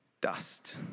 Dust